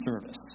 service